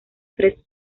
tres